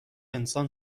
انسان